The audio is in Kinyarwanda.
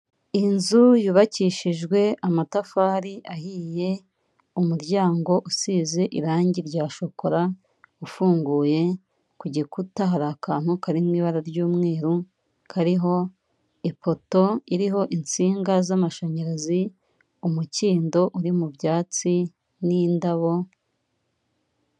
Inzu yubakishijwe amatafari ahiye, umuryango usize irangi rya shokora ufunguye, ku gikuta hari akantu kari mu ibara ry'umweru kariho ipoto iriho insinga z'amashanyarazi, umukindo uri mu byatsi n'indabo.